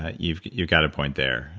ah you've you've got a point there.